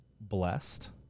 blessed